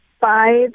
Five